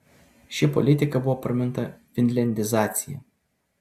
ši politika buvo praminta finliandizacija